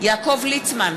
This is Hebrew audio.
יעקב ליצמן,